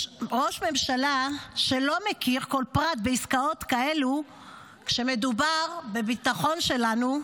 ראש ממשלה שלא מכיר כל פרט בעסקאות כאלו כשמדובר בביטחון שלנו,